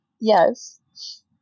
Yes